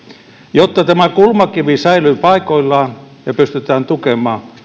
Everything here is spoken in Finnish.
jotta tämä kulmakivi säilyy paikoillaan ja pystytään tukemaan